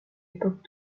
époque